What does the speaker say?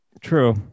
True